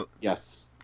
Yes